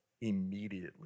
immediately